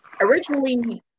originally